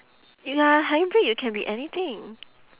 you are a hybrid you can be anything